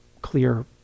clear